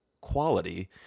quality